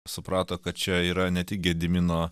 suprato kad čia yra ne tik gedimino